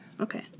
Okay